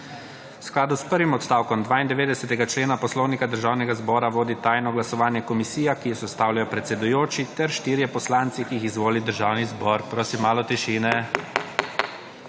V skladu s prvim odstavkom 92. člena Poslovnika Državnega zbora vodi tajno glasovanje komisija, ki jo sestavljajo predsedujoči, ter štirje poslanci, ki jih izvoli Državni zbor. / oglašanje